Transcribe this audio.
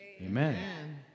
Amen